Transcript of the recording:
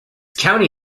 county